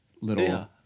little